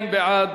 42 בעד,